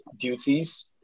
duties